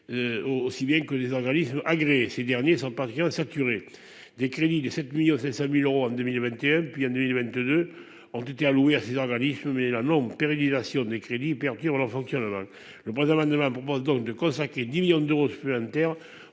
aussi bien que les organismes agréés, ces derniers sont patients saturé des crédits de 7 millions c'est 5000 euros en 2021 et puis en 2022 ont été alloués à ces organismes mais la non pérennisation des crédits perturbe leur fonctionnement le présent amendement propose donc de consacrer 10 millions d'euros supplémentaires